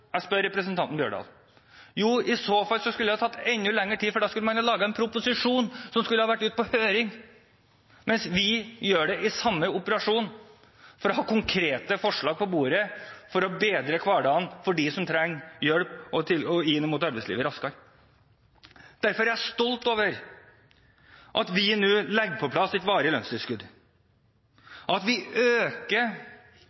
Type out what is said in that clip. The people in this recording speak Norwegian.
jeg spør representanten Holen Bjørdal. Jo, i så fall skulle det ha tatt enda lengre tid, for da skulle man ha laget en proposisjon som skulle ha vært ute på høring, mens vi gjør det i samme operasjon for å ha konkrete forslag på bordet, for å bedre hverdagen for dem som trenger hjelp inn mot arbeidslivet, raskere. Derfor er jeg stolt over at vi nå legger på plass et varig lønnstilskudd, at vi øker